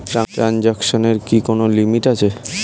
ট্রানজেকশনের কি কোন লিমিট আছে?